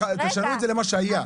תשנו את זה למה שזה היה.